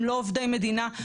הם לא עובדי מדינה.